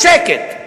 שקט,